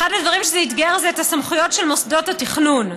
אחד הדברים שזה אִתגר זה את הסמכויות של מוסדות התכנון,